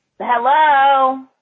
Hello